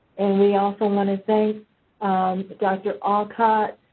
and we also want to thank dr. aucott,